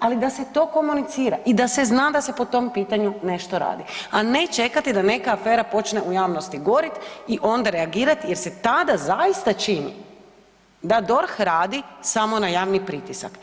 ali da se to komunicira i da se zna da se po tom pitanju nešto radi, a ne čekati da neka afera počne u javnosti gorit i ona reagirati jer se tada zaista čini da DORH radi samo na javni pritisak.